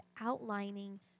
outlining